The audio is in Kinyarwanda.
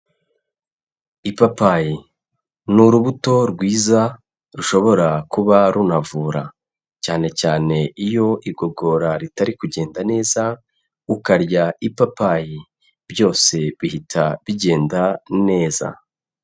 Ipapayi ni urubuto rwiza rushobora kuba runavura cyane cyane iyo igogora ritari kugenda neza ukarya ipapayi byose bihita bigenda neza.